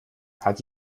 hat